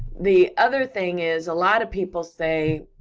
the other thing is, a lot of people say,